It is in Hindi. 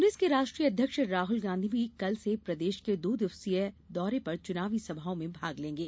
कांग्रेस के राष्ट्रीय अध्यक्ष राहल भी कल से प्रदेश के दो दिवसीय पर चुनावी सभाओं में भाग लेंगे